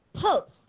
post